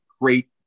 great